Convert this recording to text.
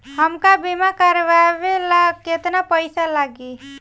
हमका बीमा करावे ला केतना पईसा लागी?